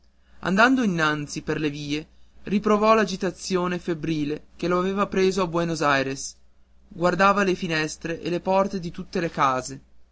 andando innanzi per le vie riprovò l'agitazione febbrile che lo aveva preso a buenos aires guardava le finestre e le porte di tutte le case